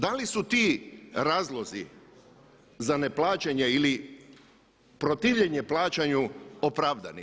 Da li su ti razlozi za ne plaćanje ili protivljenje plaćanju opravdani?